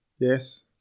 Yes